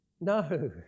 No